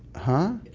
huh?